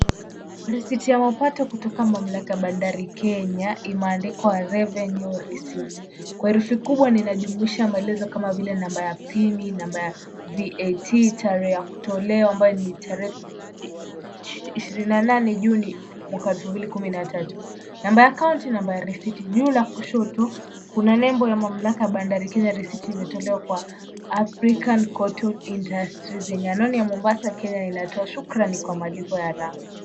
Risiti ya mapato kutoka mamlaka ya Bandari Kenya, imeandikwa revenue receipt kwa herufi kubwa, na inajumuisha maelezo kama vile, namba ya pini, namba ya VAT, tarehe ya kutolewa, ambayo ni tarehe 28 Juni 2013, namba ya akaunti, namba ya risiti. Juu la kushoto kuna nembo ya mamlaka ya Bandari Kenya Receipt imetolewa kwa African Cotton Industry, yenye anwani ya Mombasa kenya, na inatoa shukrani kwa malipo ya haraka.